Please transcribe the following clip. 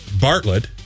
Bartlett